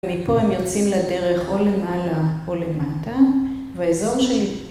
ומפה הם יוצאים לדרך או למעלה או למטה, והאזור שלי...